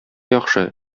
яхшы